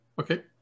okay